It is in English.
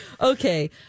Okay